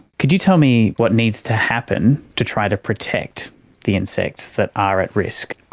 could you tell me what needs to happen to try to protect the insects that are at risk?